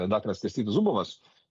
daktaras kastytis zubovas